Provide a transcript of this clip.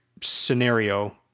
scenario